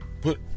put